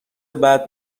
بعد